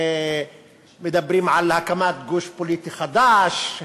מדברים על הקמת גוש פוליטי חדש,